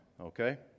okay